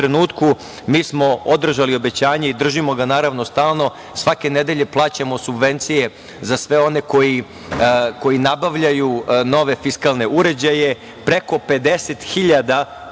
mi smo održali obećanje i držimo ga, naravno, stalno - svake nedelje plaćamo subvencije za sve one koji nabavljaju nove fiskalne uređaje. Preko 50